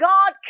God